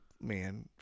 man